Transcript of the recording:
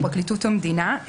פרקליטות המדינה.